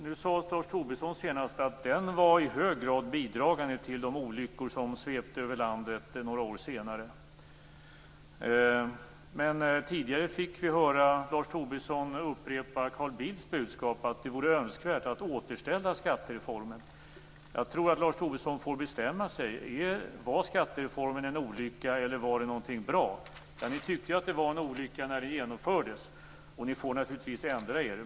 Nu sade Lars Tobisson senast att den i hög grad var bidragande till de olyckor som svepte över landet några år senare. Men tidigare fick vi höra Lars Tobisson upprepa Carl Bildts budskap att det vore önskvärt att återställa skattereformen. Jag tror att Lars Tobisson får bestämma sig. Var skattereformen en olycka eller var det något bra? Ni tyckte ju att det var en olycka när den genomfördes. Ni får naturligtvis ändra er.